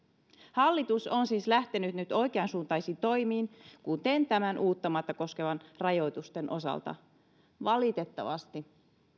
hallitus on siis lähtenyt nyt oikeansuuntaisiin toimiin kuten uuttamaata koskevien rajoitusten osalta valitettavasti